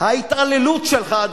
ההתעללות שלך בהם,